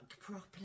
properly